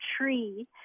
tree